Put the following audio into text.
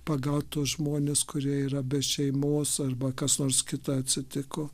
pagaut tuos žmones kurie yra be šeimos arba kas nors kita atsitiko